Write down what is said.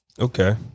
Okay